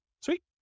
Sweet